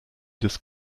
des